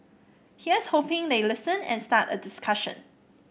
here's hoping they listen and start a discussion